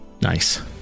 Nice